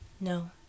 No